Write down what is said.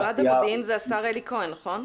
משרד המודיעין זה השר אלי כהן, נכון?